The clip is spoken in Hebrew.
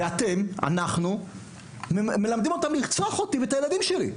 ואתם ואנחנו מלמדים אותם לרצוח אותי ואת הילדים שלי.